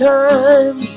time